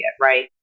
right